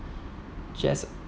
just